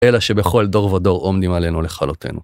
אלא שבכל דור ודור עומדים עלינו לכלותינו.